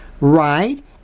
right